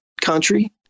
country